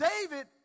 David